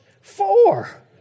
four